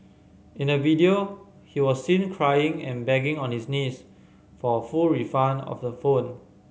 in a video he was seen crying and begging on his knees for a full refund of the phone